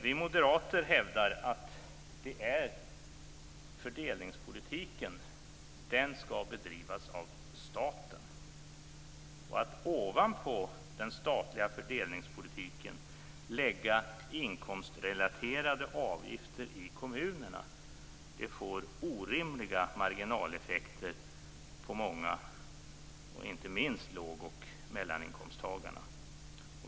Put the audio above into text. Vi moderater hävdar att fördelningspolitiken skall bedrivas av staten. Att ovanpå detta lägga inkomstrelaterade avgifter i kommunerna får orimliga marginaleffekter för många, inte minst för låg och mellaninkomsttagare.